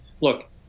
Look